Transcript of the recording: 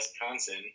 Wisconsin